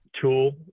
tool